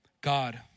God